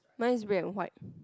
mine is red and white